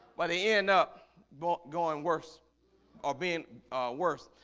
but they end up but going worse or being worse,